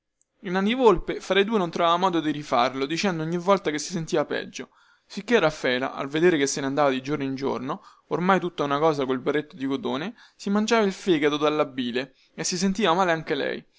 e nanni volpe fra i due non trovava modo di rifarlo diceva ogni volta che si sentiva peggio sicchè raffaela al veder che se ne andava di giorno in giorno ormai tutto una cosa gialla col berretto di cotone si mangiava il fegato dalla bile e si sentiva male anche lei